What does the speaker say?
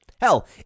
Hell